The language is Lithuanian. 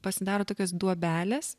pasidaro tokios duobelės